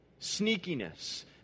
sneakiness